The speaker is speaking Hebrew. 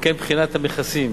וכן בחינת המכסים